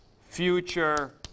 future